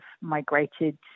migrated